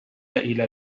إلى